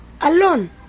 Alone